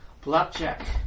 Blackjack